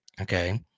okay